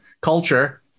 culture